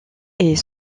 est